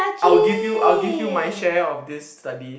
I will give you I will give you my share of this study